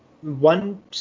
one